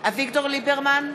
אביגדור ליברמן,